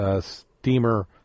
steamer